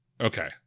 Okay